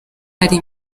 hari